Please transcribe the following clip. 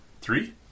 Three